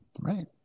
right